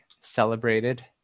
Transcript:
celebrated